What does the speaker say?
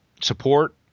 support